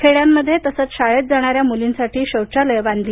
खेड्यांमधे तसंच शाळेत जाणाऱ्या मुलींसाठी शौचालयं बांधली